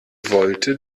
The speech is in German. wollte